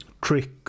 trick